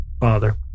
father